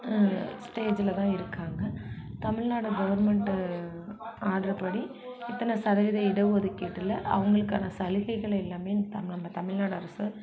ஸ்டேஜில் தான் இருக்காங்க தமிழ்நாடு கவர்மெண்ட்டு ஆர்டர் படி இத்தனை சதவீதம் இடம் ஒதுக்கீட்டில் அவங்களுக்கான சலுகைகள் எல்லாம் நம்ம தமிழ்நாடு அரசு